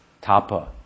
tapa